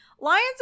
lions